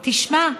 תשמע,